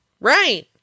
Right